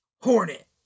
Hornet